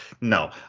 no